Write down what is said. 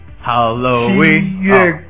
Halloween